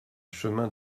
chemin